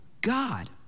God